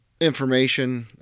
information